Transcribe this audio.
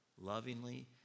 lovingly